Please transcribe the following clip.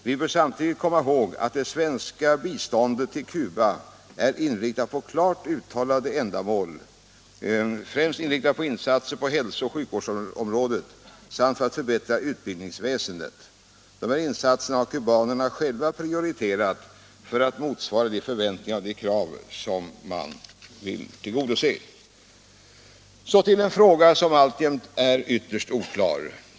Man bör samtidigt komma ihåg att det svenska biståndet till Cuba är inriktat på klart uttalade ändamål, främst insatser på hälso och sjukvårdsområdet samt på att förbättra utbildningsväsendet. Dessa insatser har kubanerna själva prioriterat för att motsvara de förväntningar och de krav som man vill tillgodose. Så till en fråga som alltjämt är ytterst oklar.